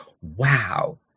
wow